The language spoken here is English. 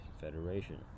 confederation